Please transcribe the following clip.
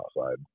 outside